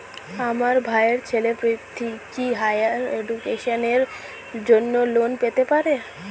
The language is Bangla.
আমার ভাইয়ের ছেলে পৃথ্বী, কি হাইয়ার এডুকেশনের জন্য লোন পেতে পারে?